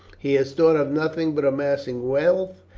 he has thought of nothing but amassing wealth,